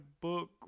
book